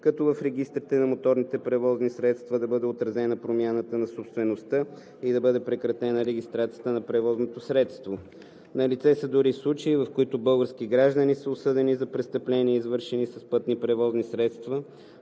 като в регистрите на моторните превозни средства бъде отразена промяната на собствеността и се прекрати регистрацията на превозното средство. Налице са дори случаи, в които български граждани са осъдени за престъпления, извършени с пътни превозни средства,